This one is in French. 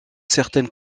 certaines